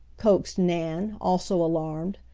coaxed nan, also alarmed.